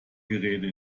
geräte